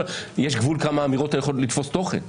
אבל יש גבול כמה האמירות יכולות לתפוס תוכן.